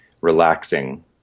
relaxing